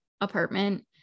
apartment